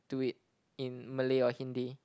to it in Malay or Hindi